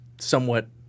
somewhat